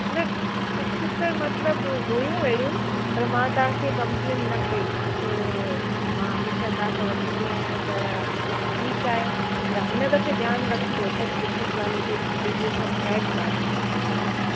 न कुझु त मतिलबु हुयूं अहिड़ियूं पर मां तव्हां खे कंप्लेन न कई मां चयो मां हमेशह तव्हां खां वठंदी आहियां त ठीकु आहे पर हिन दफ़े ध्यानु रखिजो सभु सुठी क्वालजिटियूं जी सभु फ़्रेश भाॼियूं मोकिलिजो तव्हां मूंखे